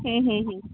ହଁ ହଁ ହଁ